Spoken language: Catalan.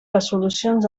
resolucions